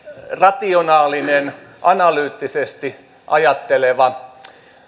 rationaalinen analyyttisesti ajatteleva